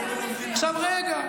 מנותקים, לשמוע, לא עושים, עכשיו, רגע.